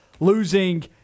losing